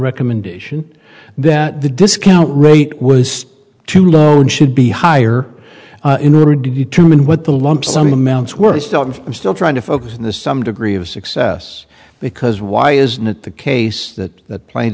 recommendation that the discount rate was too low and should be higher in order to determine what the lump sum amounts were i'm still trying to focus on this some degree of success because why isn't it the case that that pla